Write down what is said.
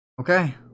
Okay